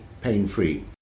pain-free